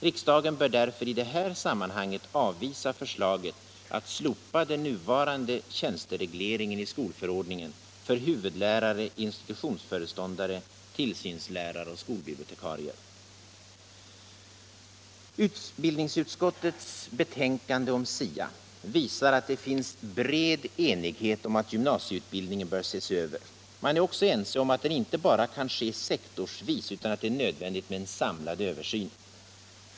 Riksdagen bör därför i det här sammanhanget avvisa förslaget att slopa den nuvarande tjänsteregleringen i skolförordningen för huvudlärare, institutionsföreståndare, tillsynslärare och skolbibliotekarier. Utbildningsutskottets betänkande om SIA visar att det finns bred enighet om att gymnasieutbildningen bör ses över. Man är också ense om att den inte bara kan ske sektorsvis utan att det är nödvändigt med en samlad översyn.